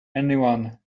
anyone